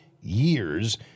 years